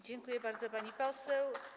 Dziękuję bardzo, pani poseł.